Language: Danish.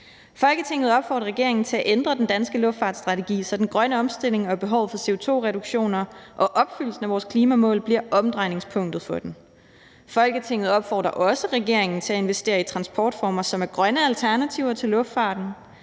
Folketinget opfordrer regeringen til at ændre den danske luftfartsstrategi, så den grønne omstilling og behovet for CO2-reduktioner og opfyldelsen af vores klimamål bliver omdrejningspunktet for den. Folketinget opfordrer også regeringen til at investere i transportformer, som er grønne alternativer til luftfarten,